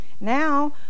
Now